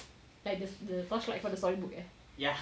like the the torchlight for the story book eh